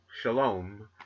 shalom